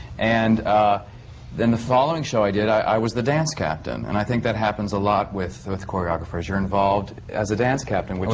and then the following show i did, i was the dance captain. and i think that happens a lot with with choreographers, you're involved as a dance captain. well,